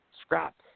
scrap